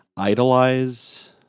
idolize